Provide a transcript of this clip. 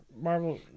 Marvel